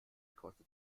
kostet